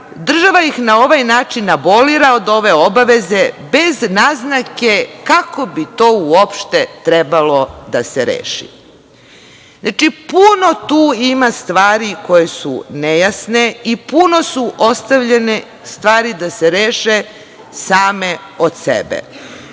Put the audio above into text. država ih na ovaj način abolira od ove obaveze bez naznake kako bi to uopšte trebalo da se reši. Znači, puno tu ima stvari koje su nejasne i puno je stvari ostavljeno da se reše same od sebe.